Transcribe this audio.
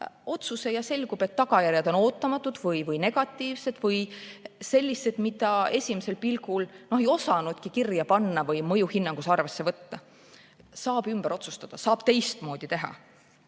otsuse ja võib selguda, et tagajärjed on ootamatud või negatiivsed või sellised, mida esimesel pilgul ei osanudki kirja panna või mõjuhinnangus arvesse võtta. Siis saab ümber otsustada, saab teistmoodi teha.